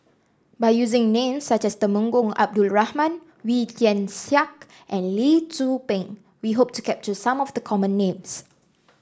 by using names such as Temenggong Abdul Rahman Wee Tian Siak and Lee Tzu Pheng we hope to capture some of the common names